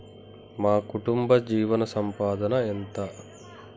మా కుటుంబ జీవన సంపాదన ఎంత?